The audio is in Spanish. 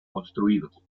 construidos